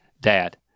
dad